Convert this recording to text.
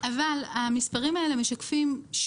מבחני הקיצון הם תהליכים שאנחנו מבצעים מידי שנה למערכת הבנקאית.